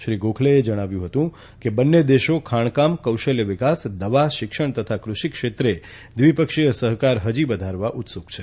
શ્રી ગોખલેએ જણાવ્યું હતું કે બન્ને દેશો ખાણકામ કૌશલ્ય વિકાસ દવા શિક્ષણ તથા કુષિક્ષેત્રે દ્વિપક્ષીય સહકાર હજી વધારવા ઉત્સુક છે